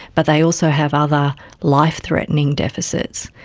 but they also have other life-threatening deficits.